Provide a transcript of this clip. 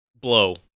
Blow